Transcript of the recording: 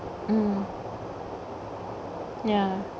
mm ya